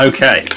Okay